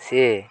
ସେ